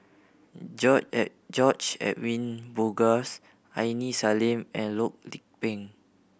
George Edwin Bogaars Aini Salim and Loh Lik Peng